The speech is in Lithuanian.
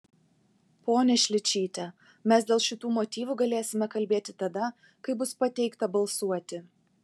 ponia šličyte mes dėl šitų motyvų galėsime kalbėti tada kai bus pateikta balsuoti